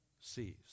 sees